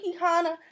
Hana